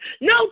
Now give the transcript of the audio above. No